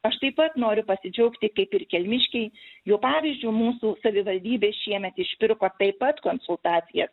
aš taip pat noriu pasidžiaugti kaip ir kelmiškiai jų pavyzdžiu mūsų savivaldybė šiemet išpirko taip pat konsultacijas